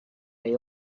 they